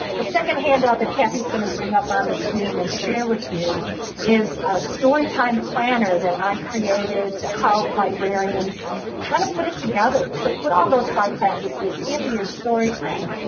the second handout that cathy's going to bring up on the screen and share with you is a story time planner that i created to help librarians kind of put it together. so put all those five practices into your story time.